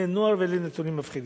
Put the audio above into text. ואלה נתונים מפחידים.